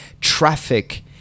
Traffic